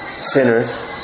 sinners